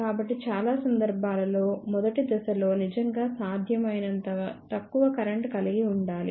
కాబట్టి చాలా సందర్భాలలో మొదటి దశ లో నిజంగా సాధ్యమైనంత తక్కువ కరెంట్ కలిగి ఉండాలి